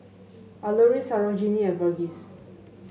Alluri Sarojini and Verghese